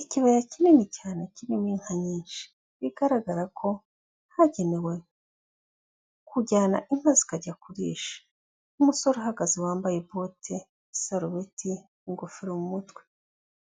Ikibaya kinini cyane kirimo inka nyinshi, bigaragara ko hagenewe kujyana inka zikajya kurisha nk'umusore uhagaze wambaye ikote, isarubeti, ingofero mu mutwe,